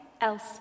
else